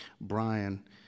Brian